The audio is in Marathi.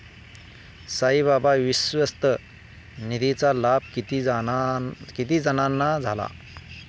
साईबाबा विश्वस्त निधीचा लाभ किती जणांना झाला?